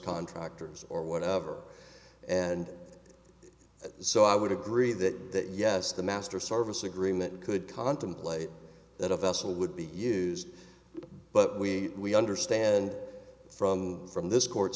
contractors or whatever and so i would agree that that yes the master service agreement could contemplate that a vessel would be used but we understand from from this court